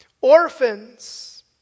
orphans